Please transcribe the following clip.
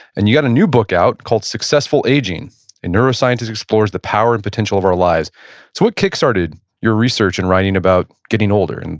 and you've got a new book out called, successful aging a neuroscientist explores the power and potential of our lives. so what kick started your research in writing about getting older, and